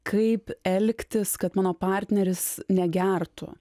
kaip elgtis kad mano partneris negertų